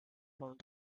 olnud